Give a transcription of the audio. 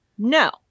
No